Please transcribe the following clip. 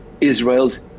israel's